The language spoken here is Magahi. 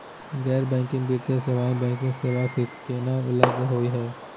गैर बैंकिंग वित्तीय सेवाएं, बैंकिंग सेवा स केना अलग होई हे?